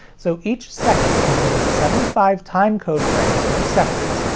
so each second contains seventy five timecode frames, or sectors,